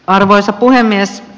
arvoisa puhemies